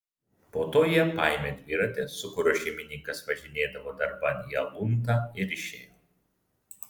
po to jie paėmė dviratį su kuriuo šeimininkas važinėdavo darban į aluntą ir išėjo